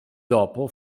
dopo